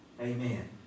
Amen